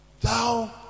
Thou